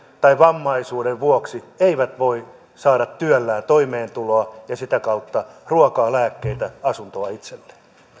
tai vammaisuuden vuoksi eivät voi saada työllään toimeentuloa ja sitä kautta ruokaa lääkkeitä asuntoa itselleen